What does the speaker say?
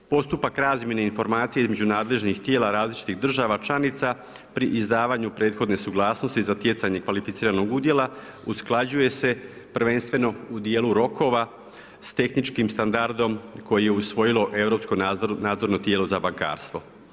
Postupak razmjene informacija između nadležnih tijela različitih država članica pri izdavanju prethodne suglasnosti za stjecanje kvalificiranog udjela usklađuje se prvenstveno u dijelu rokova s tehničkim standardom koji je usvojilo europsko nadzorno tijelo za bankarstvo.